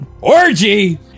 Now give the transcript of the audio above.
Orgy